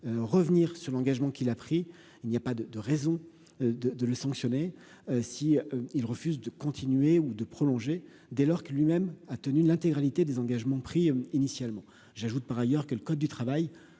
revenir sur l'engagement qu'il a pris, il n'y a pas de de raisons de de le sanctionner si ils refusent de continuer ou de prolonger dès lors que lui-même a tenu l'intégralité des engagements pris initialement j'ajoute par ailleurs que le code du travail